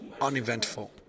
uneventful